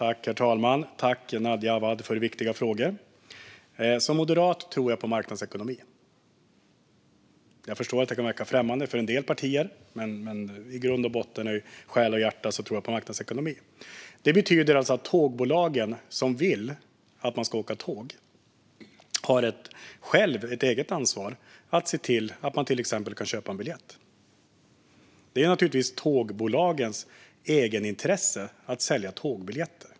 Herr talman! Tack, Nadja Awad, för viktiga frågor! Som moderat tror jag på marknadsekonomi. Jag förstår att detta kan verka främmande för en del partier, men i grund och botten och i själ och hjärta tror jag på marknadsekonomi. Det betyder att tågbolagen, som vill att man ska åka tåg, har ett eget ansvar att se till att man till exempel kan köpa en biljett. Det ligger naturligtvis i tågbolagens egenintresse att sälja tågbiljetter.